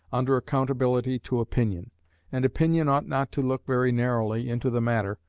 under accountability to opinion and opinion ought not to look very narrowly into the matter,